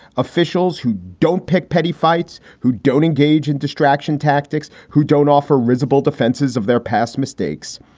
officials who don't pick petty fights, who don't engage in distraction tactics, who don't offer risible defenses of their past mistakes.